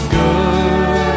good